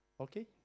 Okay